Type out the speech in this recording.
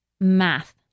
Math